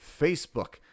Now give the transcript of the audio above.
Facebook